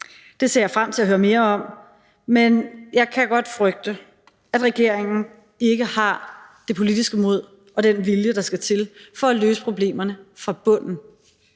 Det ser jeg frem til at høre mere om, men jeg kan godt frygte, at regeringen ikke har det politiske mod og den vilje, der skal til for at løse problemerne fra bunden.